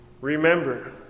Remember